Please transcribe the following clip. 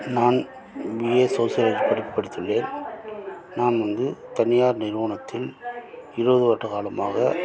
நான் BA social படிப்பு படித்துள்ளேன் நான் வந்து தனியார் நிறுவனத்தில் இருபது வருட காலமாக